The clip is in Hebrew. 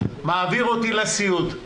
מעביר אותי לסיעוד.